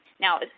Now